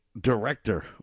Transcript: Director